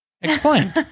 Explain